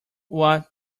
what